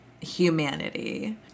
humanity